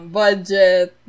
budget